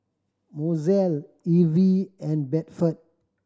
Mozelle Evie and Bedford